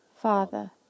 Father